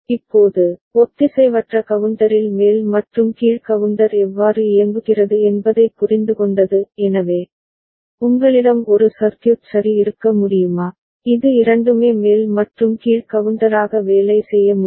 இப்போது ஒத்திசைவற்ற கவுண்டரில் மேல் மற்றும் கீழ் கவுண்டர் எவ்வாறு இயங்குகிறது என்பதைப் புரிந்துகொண்டது எனவே உங்களிடம் ஒரு சர்க்யூட் சரி இருக்க முடியுமா இது இரண்டுமே மேல் மற்றும் கீழ் கவுண்டராக வேலை செய்ய முடியும்